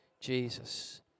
Jesus